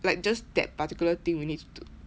like just that particular thing we need to